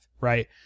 Right